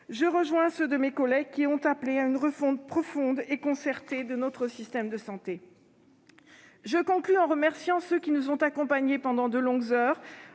Je rejoins ceux de mes collègues qui ont appelé à une refonte profonde et concertée de notre système de santé. Je conclus en remerciant ceux qui nous ont accompagnés pendant de longues heures,